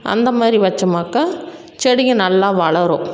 அந்த மாதிரி வைச்சோமாக்கா செடிங்க நல்லா வளரும்